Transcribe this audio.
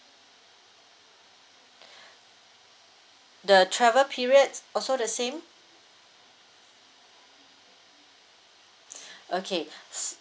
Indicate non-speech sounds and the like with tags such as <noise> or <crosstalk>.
<breath> the travel periods also the same <breath> okay